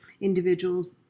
individuals